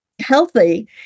healthy